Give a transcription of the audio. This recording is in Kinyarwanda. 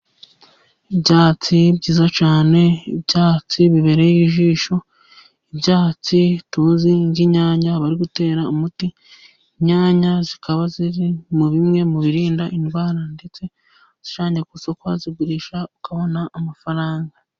Ibyatsi byiza cyane, ibyatsi bibereye ijisho, ibyatsi tuzi nk'inyanya abari gutera umuti, inyanya zikaba ziri mu bimwe mu birinda indwara ndetse uzijyanye ku isoko kuzigurisha ukabona amafaranga.